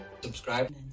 Subscribe